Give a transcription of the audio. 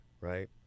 Right